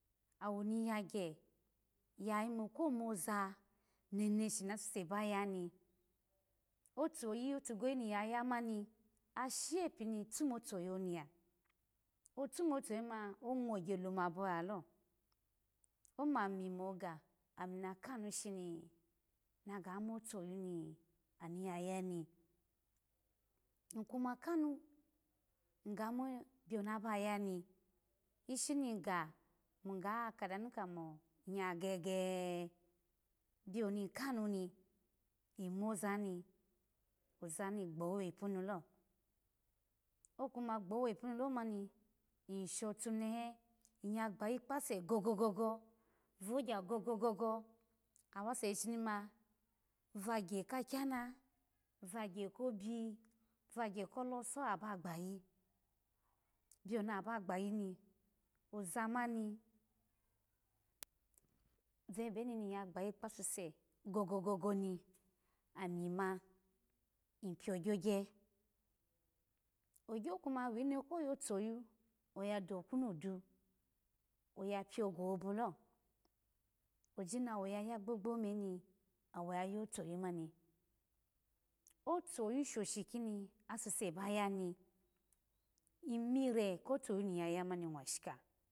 Awo ni yayye ya yimu komoza meneshi nasuse ba yimu ko yani otuya tide ni ya yamani ashe pini tumotoyu niya atu motoyu mani ongogye lumabo lalo omami omaga h ami nakanu shini na ga motoyu manu ya yani ikuma kanu iga ma biyo ni aba ya ni ishi ni ga mu ga kada nu kamo iya gege e biyo ni kanu ni imoza ni ozani gbowe ipanu lo okuma gbowe ipanu lo mani ishotu nehe iya gbayi kpase gogoo vogya googogo awase shi ni ma vagye kana vgye kobi vggye kolosoho aba gbayi biyoni abagbayi biyoni aba gbay oza mani vebe ni iya gbayi kpasu se gogogo ni ami ma ipiyo gyogye ogyo kuma wine koyo toyu oya dokwu nu idu aya biye gohobolo oji mwo ya yagbogbo om ni awo ya yotogu mami atoyu shoshi kini asusu baya ni imire kotoyu niya y mani mwashika